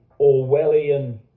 Orwellian